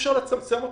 שאי-אפשר לצמצם אותם,